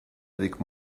avec